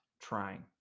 trying